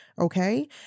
Okay